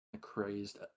crazed